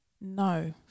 No